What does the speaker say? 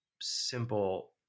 simple